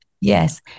Yes